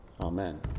amen